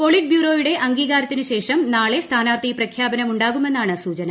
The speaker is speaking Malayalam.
പോളിറ്റ് ബ്യൂറോയുടെ അംഗീകാരത്തിനു ശേഷം നാളെ സ്ഥാനാർഥി പ്രഖ്യാപനമുണ്ടാകുമെന്നാണ് സൂചന